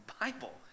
Bible